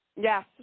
Yes